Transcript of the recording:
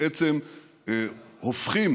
בעצם הופכים